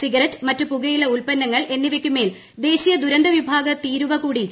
cigarette മറ്റ് പുകയിലെ ഉൽപ്പന്നങ്ങൾ എന്നിവയ്ക്ക് മേൽ ദേശീയ ദുരന്ത വിഭാഗ തീരുവ കൂടി ചുമത്തും